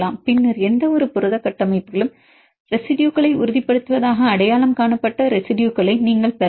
பின்னர் எந்தவொரு புரத கட்டமைப்பிலும் ரெசிடுயுகளை உறுதிப்படுத்துவதாக அடையாளம் காணப்பட்ட ரெசிடுயுகளை நீங்கள் பெறலாம்